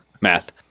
Math